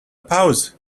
pause